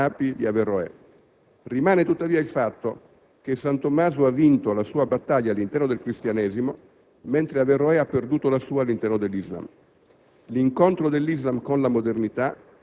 Pensiamo al valore dell'opera di Avicenna, di Al Farabi, di Averroè. Rimane tuttavia il fatto che San Tommaso ha vinto la sua battaglia all'interno del Cristianesimo, mentre Averroè ha perduto la sua all'interno dell'Islam.